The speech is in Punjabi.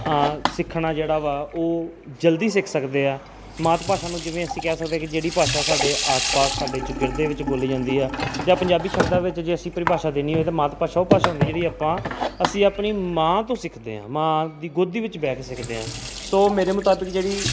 ਸਿੱਖਣਾ ਜਿਹੜਾ ਵਾ ਉਹ ਜਲਦੀ ਸਿੱਖ ਸਕਦੇ ਆ ਮਾਤ ਭਾਸ਼ਾ ਨੂੰ ਜਿਵੇਂ ਅਸੀਂ ਕਹਿ ਸਕਦੇ ਕਿ ਜਿਹੜੀ ਭਾਸ਼ਾ ਸਾਡੇ ਆਸ ਪਾਸ ਸਾਡੇ ਚੁਗਿਰਦੇ ਵਿੱਚ ਬੋਲੀ ਜਾਂਦੀ ਆ ਜਾਂ ਪੰਜਾਬੀ ਸ਼ਬਦਾਂ ਵਿੱਚ ਜੇ ਅਸੀਂ ਪਰਿਭਾਸ਼ਾ ਦੇਣੀ ਹੋਏ ਤਾਂ ਮਾਤ ਭਾਸ਼ਾ ਉਹ ਭਾਸ਼ਾ ਹੁੰਦੀ ਹੈ ਜਿਹੜੀ ਆਪਾਂ ਅਸੀਂ ਆਪਣੀ ਮਾਂ ਤੋਂ ਸਿੱਖਦੇ ਹਾਂ ਮਾਂ ਦੀ ਗੋਦੀ ਵਿੱਚ ਬਹਿ ਕੇ ਸਿਖਦੇ ਹਾਂ ਸੋ ਮੇਰੇ ਮੁਤਾਬਕ ਜਿਹੜੀ